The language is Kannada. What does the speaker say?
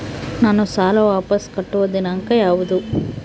ನಾನು ಸಾಲ ವಾಪಸ್ ಕಟ್ಟುವ ದಿನಾಂಕ ಯಾವುದು?